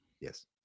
Yes